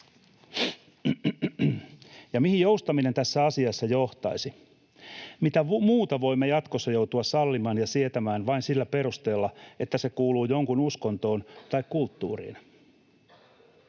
Ja mihin joustaminen tässä asiassa johtaisi? Mitä muuta voimme jatkossa joutua sallimaan ja sietämään vain sillä perusteella, että se kuuluu jonkun uskontoon tai kulttuuriin?